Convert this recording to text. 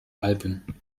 alben